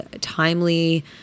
timely